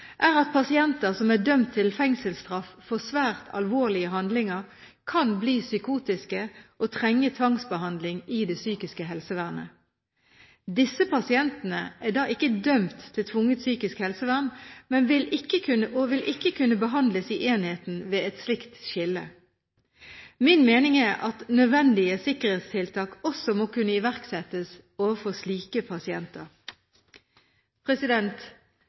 at også pasienter som ikke er dømt til tvungent psykisk helsevern, kan representere en særlig sikkerhetsrisiko. Et eksempel på hvor uhensiktsmessig et slikt skille kan være, er at personer som er dømt til fengselsstraff for svært alvorlige handlinger, kan bli psykotiske og trenge tvangsbehandling i det psykiske helsevernet. Disse pasientene er da ikke dømt til tvungent psykisk helsevern, og de vil ikke kunne behandles i enheten ved et slikt skille.